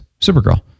Supergirl